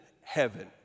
heaven